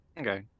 Okay